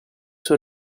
suo